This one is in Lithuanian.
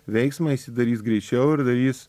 veiksmą jisai darys greičiau ir darys